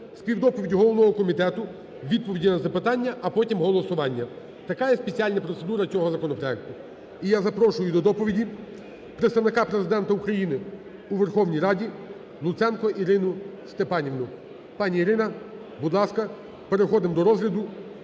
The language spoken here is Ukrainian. співдоповідь головного комітету – відповіді на запитання, а потім –голосування. Така є спеціальна процедура цього законопроекту. І я запрошую до доповіді Представника Президента України у Верховній Раді Луценко Ірину Степанівну. Пані Ірино, будь ласка, переходимо до розгляду